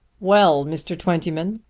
well, mr. twentyman,